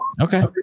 Okay